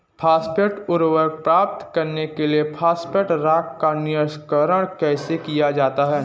Phosphate उर्वरक प्राप्त करने के लिए फॉस्फेट रॉक का निष्कर्षण कैसे किया जाता है?